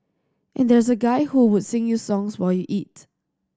and there's a guy who would sing you songs while you eat